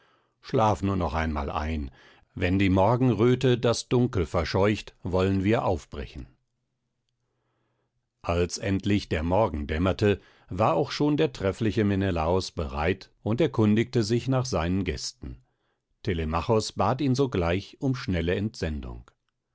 schlaf nur noch einmal ein wenn die morgenröte das dunkel verscheucht wollen wir aufbrechen als endlich der morgen dämmerte war auch schon der treffliche menelaos bereit und erkundigte sich nach seinen gästen telemachos bat ihn sogleich um schnelle entsendung